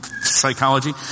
psychology